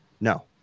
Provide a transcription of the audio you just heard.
No